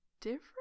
different